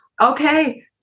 okay